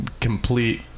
complete